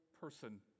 person